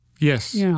Yes